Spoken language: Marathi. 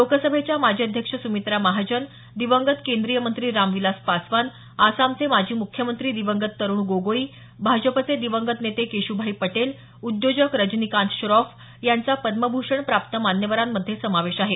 लोकसभेच्या माजी अध्यक्ष सुमित्रा महाजन दिवंगत केंद्रीय मंत्री रामविलास पासवान आसामचे माजी मुख्यमंत्री दिवंगत तरुण गोगोई भाजपचे दिवंगत नेते केशुभाई पटेल उद्योजक रजनीकांत श्रॉफ यांचा पद्मभूषण प्राप्त मान्यवरांमध्ये समावेश आहे